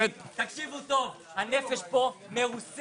תקשיבו טוב, הנפש פה מרוסקת.